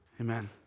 Amen